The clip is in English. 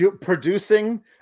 producing